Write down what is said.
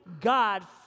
God